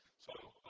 so